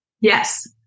Yes